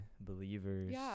believers